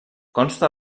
consta